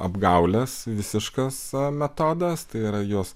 apgaulės visiškas metodas tai yra juos